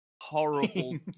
horrible